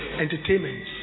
entertainment